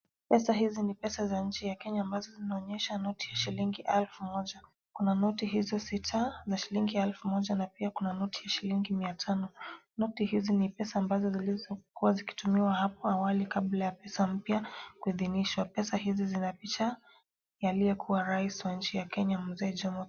Pesa hizi ni pesa za nchi ya Kenya ambazo zinaonyesha noti ya elfu moja. Kuna noti hizo sita za shilingi elfu moja na pia kuna noti ya shilingi mia tano. Noti hizi ni pesa ambazo zilizokuwa zikitumiwa hapo awali kabla pesa mpya kuidhinishwa. Pesa hizi zina picha ya aliyekuwa rais wa nchi ya Kenya Mzee Jomo.